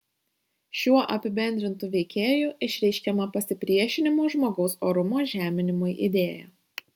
šiuo apibendrintu veikėju išreiškiama pasipriešinimo žmogaus orumo žeminimui idėja